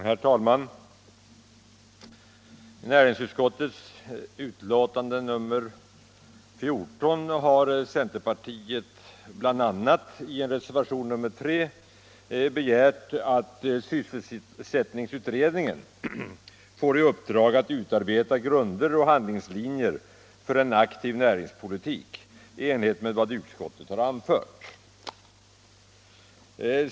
Herr talman! I reservationen 3 till näringsutskottets betänkande nr 14 har utskottets centerpartiledamöter begärt att sysselsättningsutredningen skall få i uppdrag att utarbeta grunder och handlingslinjer för en aktiv näringspolitik i enlighet med vad som anförs i reservationen.